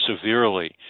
severely